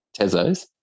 tezos